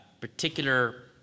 particular